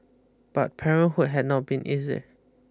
but parenthood had not been easy